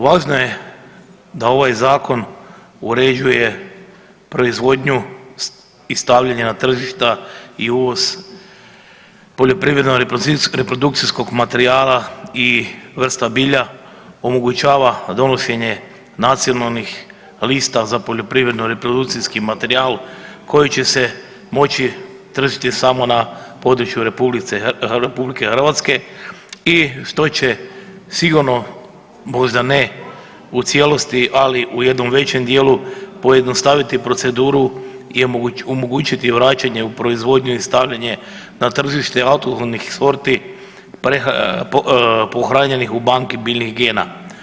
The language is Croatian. Važno je da ovaj zakon uređuje proizvodnju i stavljanje na tržišta i uvoz poljoprivredno-reprodukcijskog materijala i vrsta bilja omogućava donošenje nacionalnih lista za poljoprivredno reprodukcijski materijal koji će se moći tržiti samo na području Republike Hrvatske i što će sigurno možda ne u cijelosti, ali u jednom većem dijelu pojednostaviti proceduru i omogućiti vraćanje u proizvodnju i stavljanje na tržište autohtonih sorti pohranjenih u banki biljnih gena.